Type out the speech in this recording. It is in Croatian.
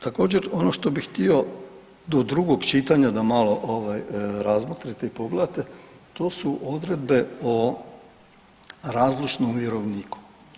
Također ono što bih htio do drugog čitanja da malo ovaj razmotrite i pogledate to su odredbe o razlučnom vjerovniku.